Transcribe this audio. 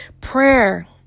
prayer